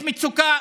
יש מצוקה